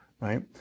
right